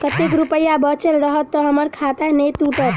कतेक रुपया बचल रहत तऽ हम्मर खाता नै टूटत?